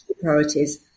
priorities